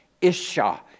Isha